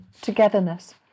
togetherness